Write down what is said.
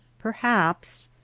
perhaps.